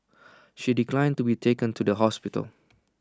she declined to be taken to the hospital